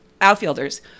outfielders